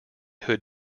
hood